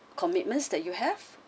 commitments that you have